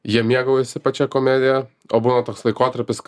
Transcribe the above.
jie mėgaujasi pačia komedija o būna toks laikotarpis